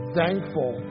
thankful